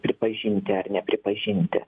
pripažinti ar nepripažinti